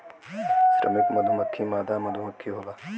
श्रमिक मधुमक्खी मादा मधुमक्खी होला